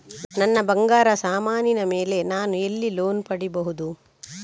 ನನ್ನ ಬಂಗಾರ ಸಾಮಾನಿಗಳ ಮೇಲೆ ನಾನು ಎಲ್ಲಿ ಲೋನ್ ಪಡಿಬಹುದು?